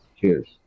Cheers